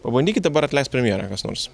pabandykit dabar atleist premjerą kas nors